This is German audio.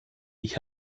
ich